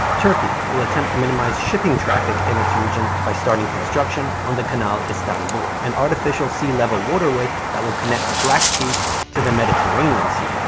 turkey will attempt to minimize shipping traffic in its region by starting construction on the kanal istanbul, an artificial sea-level waterway that will connect the black sea to the mediterranean sea.